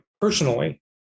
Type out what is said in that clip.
personally